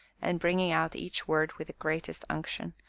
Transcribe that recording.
and bringing out each word with the greatest unction,